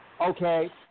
Okay